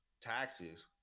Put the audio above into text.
taxes